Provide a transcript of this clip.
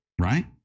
right